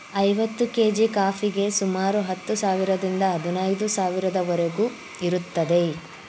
ಐವತ್ತು ಕೇಜಿ ಕಾಫಿಗೆ ಸುಮಾರು ಹತ್ತು ಸಾವಿರದಿಂದ ಹದಿನೈದು ಸಾವಿರದವರಿಗೂ ಇರುತ್ತದೆ